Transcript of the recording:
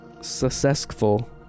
Successful